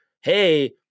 Hey